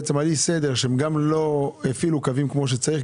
שהם גם לא הפעילו קווים כמו שצריך,